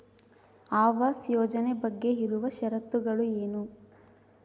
ಆವಾಸ್ ಯೋಜನೆ ಬಗ್ಗೆ ಇರುವ ಶರತ್ತುಗಳು ಏನು?